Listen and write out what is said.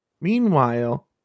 Meanwhile